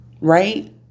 Right